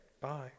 Bye